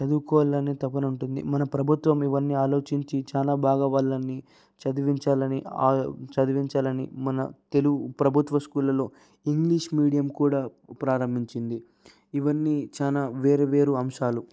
చదువుకోవాలనే తపన ఉంటుంది మన ప్రభుత్వం ఇవన్నీ ఆలోచించి చాలా బాగా వాళ్ళని చదివించాలని చదివించాలని మన తెలుగు ప్రభుత్వ స్కూళ్ళలో ఇంగ్లీష్ మీడియం కూడా ప్రారంభించింది ఇవన్నీ చాలా వేరు వేరు అంశాలు